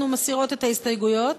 אנחנו מסירות את ההסתייגויות.